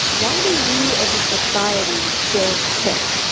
why do we as a society still tip?